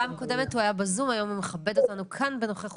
פעם קודמת הוא היה בזום והיום הוא מכבד אותנו גם בנוכחותו.